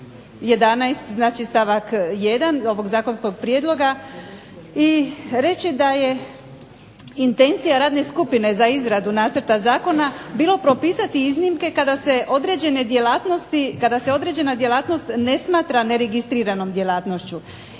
11., znači stavak 1. ovog zakonskog prijedloga, i reći da je intencija radne skupine za izradu nacrta zakona bilo propisati iznimke kada se određena djelatnost ne smatra neregistriranom djelatnošću.